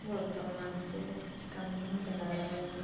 ᱵᱚᱨᱫᱷᱚᱢᱟᱱ ᱥᱮᱫ ᱠᱟᱹᱢᱤᱧ ᱪᱟᱞᱟᱣ ᱞᱮᱱᱟ